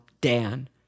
Dan